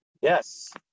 Yes